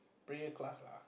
prayer class lah